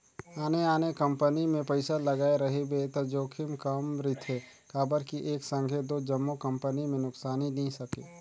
आने आने कंपनी मे पइसा लगाए रहिबे त जोखिम कम रिथे काबर कि एक संघे दो जम्मो कंपनी में नुकसानी नी सके